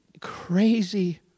crazy